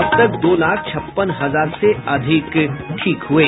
अब तक दो लाख छप्पन हजार से अधिक ठीक हुये